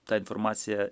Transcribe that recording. tą informaciją